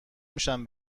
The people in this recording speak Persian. میشم